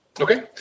Okay